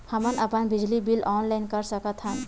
हमन अपन बिजली बिल ऑनलाइन कर सकत हन?